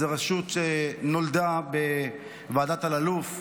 זאת רשות שנולדה בוועדת אלאלוף,